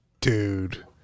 Dude